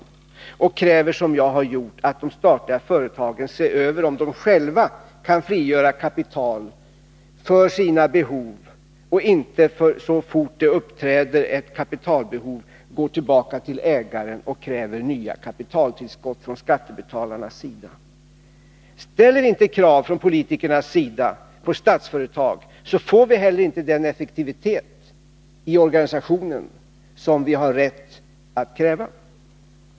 Skall vi då inte kräva — som jag har gjort — att de statliga företagen ser över om de själva kan frigöra kapital för sina behov och att de inte, så fort det uppträder ett kapitalbehov, går tillbaka till ägaren och kräver nya kapitaltillskott från skattebetalarna? Ställer vi politiker inte några krav på Statsföretag, så får vi heller inte den effektivitet i organisationen som vi har rätt att kräva.